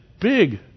big